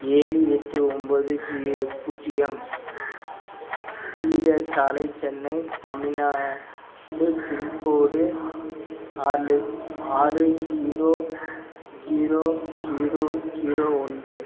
ஏழு எட்டு ஒம்பது ஜீ பூஜ்ஜியம் ஸ் சீடர் சாலை சென்னை தமிழ்நாடு பின்கோடு ஆலு ஆறு ஜீரோ ஜீரோ ஜீரோ ஜீரோ ஒன்று